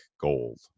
gold